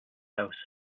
house